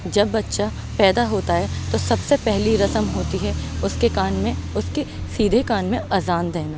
جب بچہ پیدا ہوتا ہے تو سب سے پہلی رسم ہوتی ہے اس کے کان میں اس کے سیدھے کان میں اذان دینا